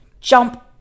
jump